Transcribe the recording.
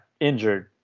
injured